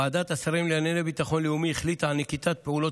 ועדת שרים לענייני ביטחון לאומי החליטה על נקיטת פעולות